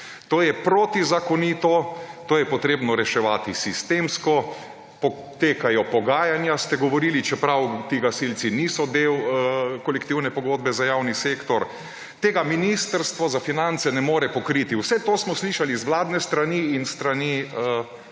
To je protizakonito, to je potrebno reševati sistemsko, potekajo pogajanja ste govorili, čeprav ti gasilci niso dela kolektivne pogodbe za javni sektor, tega ministrstvo za finance ne more pokriti. Vse to smo slišali z vladne strani in s strani koalicijskih